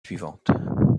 suivantes